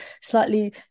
slightly